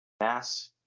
mass